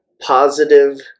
positive